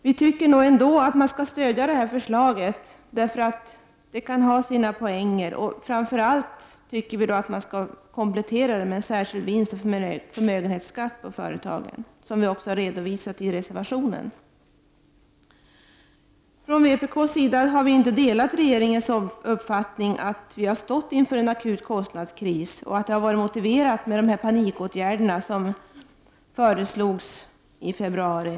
Vi tycker nog ändå att man skall stödja förslaget, eftersom det kan ha sina poänger. Vi tycker dock framför allt att man skall komplettera det med en särskild vinstoch förmögenhetsskatt på företag. Detta är redovisat i reservationen. Från vpk-s sida har vi inte delat regeringens uppfattning att Sverige har stått inför en akut kostnadskris, och att det har varit motiverat med de panikåtgärder som föreslogs i februari.